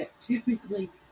typically